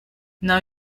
now